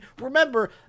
remember